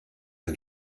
ein